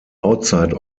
outside